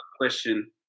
question